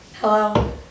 Hello